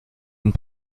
und